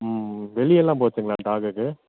ம் வெளியெல்லாம் போச்சுங்களா டாக்குக்கு